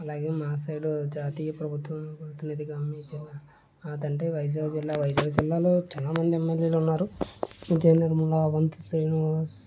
అలాగే మా సైడ్ జాతీయ ప్రభుత్వం ప్రతినిధిగా మీ జిల్లా ఏదంటే వైజాగ్ జిల్లా వైజాగ్ జిల్లాలో చాలామంది ఎమ్మెల్యేలు ఉన్నారు విజయనిర్మల వంతు శ్రీనివాస్